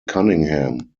cunningham